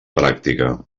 pràctica